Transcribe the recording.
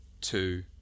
two